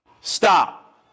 Stop